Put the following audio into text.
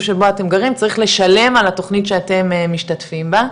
או היישוב שאתם גרים צריך לשלם על התוכנית שאתם משתתפים בה,